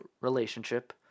relationship